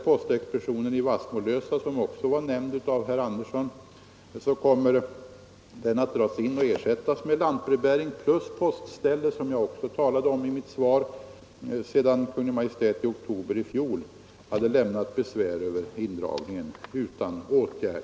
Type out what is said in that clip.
Postexpeditionen i Vassmolösa, som också nämnts av herr Andersson, kommer — som jag också talade om i mitt svar — att dras in och ersättas med lantbrevbäring plus postställe, sedan Kungl. Maj:t i oktober i fjol lämnat besvär över indragningen utan åtgärd.